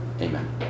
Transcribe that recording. Amen